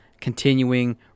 continuing